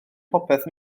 popeth